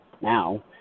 now